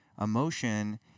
Emotion